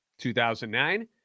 2009